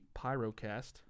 Pyrocast